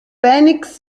phoenix